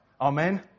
Amen